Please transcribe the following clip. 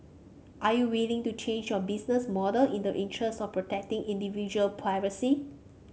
are you willing to change your business model in the interest of protecting individual privacy